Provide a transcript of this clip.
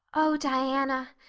oh, diana,